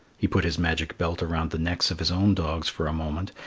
he put his magic belt around the necks of his own dogs for a moment,